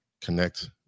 connect